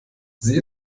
sie